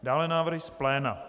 Dále návrhy z pléna.